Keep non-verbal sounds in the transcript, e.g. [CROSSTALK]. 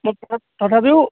মই [UNINTELLIGIBLE] তথাপিও